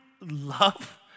love